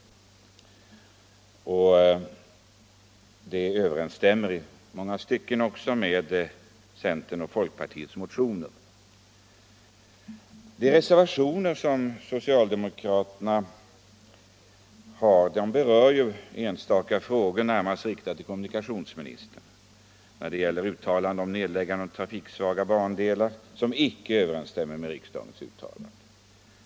Det överensstämmer i många stycken också med centerns och folkpartiets motioner. De reservationer som socialderhokraterna fogat till betänkandet berörde ju enstaka frågor och riktar sig närmast till kommunikationsministern. De gäller uttalanden om nedläggande av trafiksvaga bandelar, uttalanden som inte överensstämmer med riksdagens uttalanden.